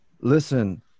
Listen